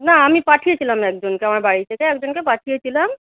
না আমি পাঠিয়েছিলাম একজনকে আমার বাড়ি থেকে একজনকে পাঠিয়েছিলাম